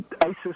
ISIS